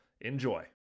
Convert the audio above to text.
Enjoy